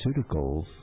Pharmaceuticals